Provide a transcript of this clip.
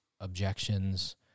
objections